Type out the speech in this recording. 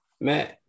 Matt